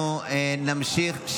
אנחנו נמשיך.